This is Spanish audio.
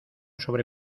sobre